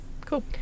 cool